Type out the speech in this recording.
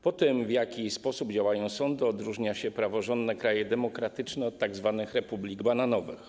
Po tym, w jaki sposób działają sądy, odróżnia się praworządne kraje demokratyczne od tzw. republik bananowych.